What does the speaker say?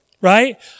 right